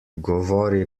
govori